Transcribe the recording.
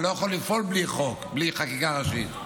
אני לא יכול לפעול בלי חוק, בלי חקיקה ראשית.